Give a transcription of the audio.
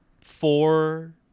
four